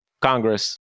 Congress